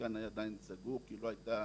כשהמתקן היה עדיין סגור כי לא הייתה